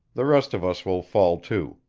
the rest of us will fall to.